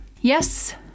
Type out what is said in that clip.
Yes